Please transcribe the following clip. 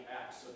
acts